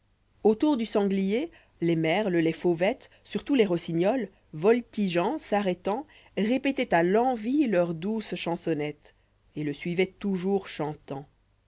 autour du sanglier les merles les fauvettes surtout les rossignols voltigearit s'arrêtant répétaient à l'envi leurs douces chansonnettes et le suivoient toujours chantant